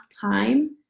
time